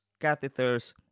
catheters